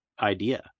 idea